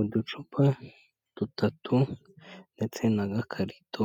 Uducupa dutatu ndetse n'agakarito,